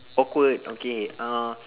awkward okay uh